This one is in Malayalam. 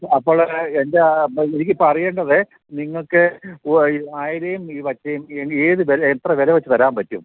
അപ്പോള് എന്താണ് എനിക്കിപ്പോള് അറിയേണ്ടത് നിങ്ങള്ക്ക് അയിലയും ഈ വറ്റയും ഏതു വില എത്ര വില വച്ചു തരാൻ പറ്റും